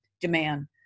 demand